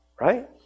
Right